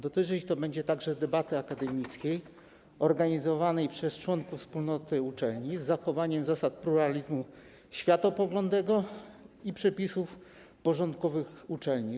Dotyczyć to będzie także debaty akademickiej organizowanej przez członków wspólnoty uczelni z zachowaniem zasad pluralizmu światopoglądowego i przepisów porządkowych uczelni.